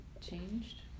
changed